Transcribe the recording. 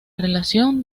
relación